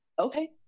Okay